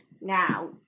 Now